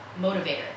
motivator